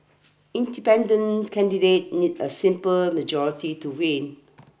Independent Candidates need a simple majority to win